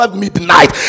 midnight